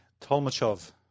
Tolmachov